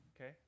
Okay